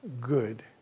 good